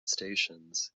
stations